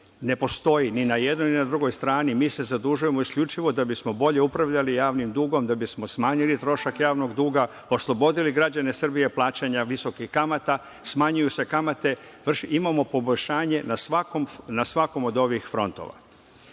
ne postoji ni na jednoj ni na drugoj strani. Mi se zadužujemo isključivo da bismo bolje upravljali javnim dugom, da bismo smanjili trošak javnog duga, oslobodili građane Srbije plaćanja visokih kamata, smanjuju se kamate, imamo poboljšanje na svakom od ovih frontova. Pored